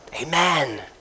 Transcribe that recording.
Amen